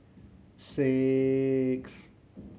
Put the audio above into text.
six